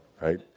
right